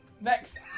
Next